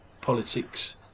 politics